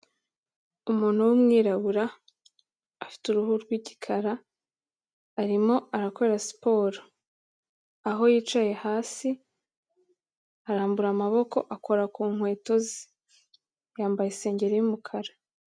Umuntu w'umwirabura, afite uruhu rw'igikara, arimo arakora siporo, aho yicaye hasi, arambura amaboko, akora ku nkweto ze, yambaye isengeri y'umukara.